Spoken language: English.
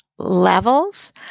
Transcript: levels